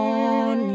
on